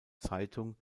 zeitung